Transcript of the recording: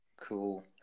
Cool